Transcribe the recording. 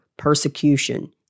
Persecution